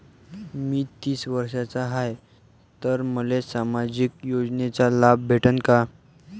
मी तीस वर्षाचा हाय तर मले सामाजिक योजनेचा लाभ भेटन का?